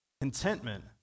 Contentment